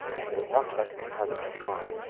and will not let me have it to try.